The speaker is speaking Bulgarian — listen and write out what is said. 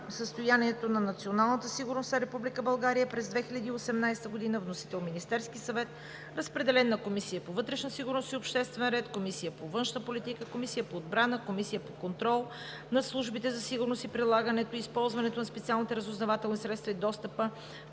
състоянието на националната сигурност на Република България през 2018 г. Вносител е Министерският съвет. Разпределен е на: Комисията по вътрешна сигурност и обществен ред, Комисията по външна политика, Комисията по отбрана, Комисията по контрол на службите на сигурност и прилагането, използването на специалните разузнавателни средства и достъпа